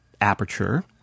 Aperture